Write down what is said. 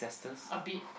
a bit